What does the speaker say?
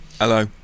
Hello